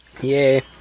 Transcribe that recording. Yay